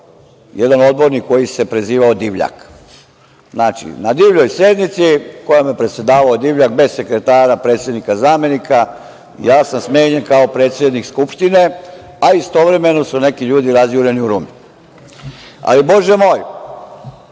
jedan odbornik koji se prezivao Divljak. Znači na divljoj sednici kojom je predsedavao Divljak bez sekretara, predsednika zamenika, ja sam smenjen kao predsednik skupštine, a istovremeno su neki ljudi razjureni u Rumi. Ali, bože moj,